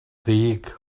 ddig